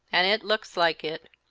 and it looks like it.